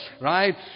Right